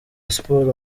siporo